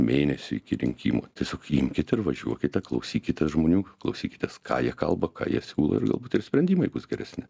mėnesiui iki rinkimų tiesiog imkit ir važiuokite klausykitės žmonių klausykitės ką jie kalba ką jie siūlo ir galbūt ir sprendimai bus geresni